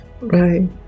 Right